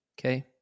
Okay